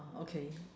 okay